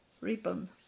ribbon